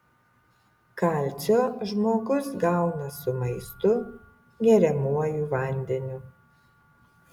kalcio žmogus gauna su maistu geriamuoju vandeniu